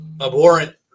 abhorrent